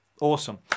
Awesome